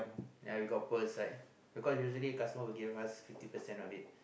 and we got poor inside because usually customers will give us fifty percent only